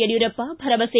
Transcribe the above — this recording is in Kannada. ಯಡಿಯೂರಪ್ಪ ಭರವಸೆ